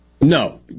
No